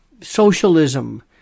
socialism